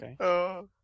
Okay